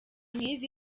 nk’izi